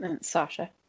Sasha